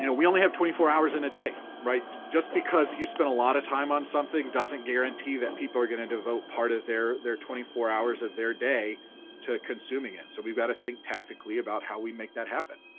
you know we only have twenty four hours in a day. just because you spent a lot of time on something doesn't guarantee that people are gonna devote part of their their twenty four hours of their day to consuming it. so we've got to think tactically about how we make that happen.